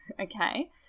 okay